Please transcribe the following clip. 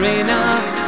enough